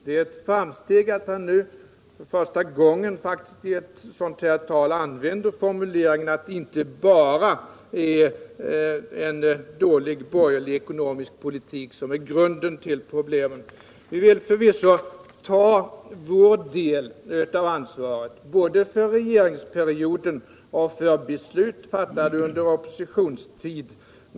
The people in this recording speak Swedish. Det är ett framsteg att han för första gången här i riksdagen använder formuleringen att det inte bara är en dålig borgerlig ekonomisk politik som är grunden till problemen. Vi vill förvisso ta vår del av ansvaret både för regeringsperioden och för beslut fattade under oppositionstid.